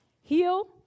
heal